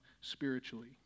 spiritually